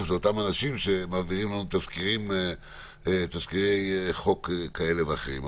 ואותם אנשים שמעבירים אלינו תזכירי חוק כאלה ואחרים.